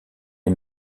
est